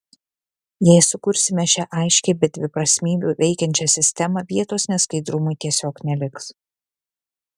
jei sukursime šią aiškiai be dviprasmybių veikiančią sistemą vietos neskaidrumui tiesiog neliks